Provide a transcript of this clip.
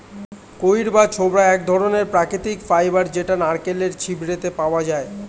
কইর বা ছোবড়া এক ধরণের প্রাকৃতিক ফাইবার যেটা নারকেলের ছিবড়েতে পাওয়া যায়